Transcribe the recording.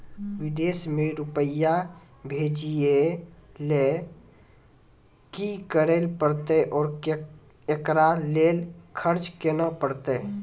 विदेश मे रुपिया भेजैय लेल कि करे परतै और एकरा लेल खर्च केना परतै?